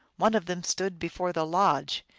one of them stood before the lodge.